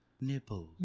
nipples